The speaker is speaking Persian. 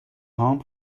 هام